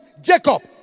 Jacob